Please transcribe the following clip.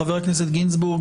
חבר הכנסת גינזבורג,